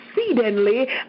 Exceedingly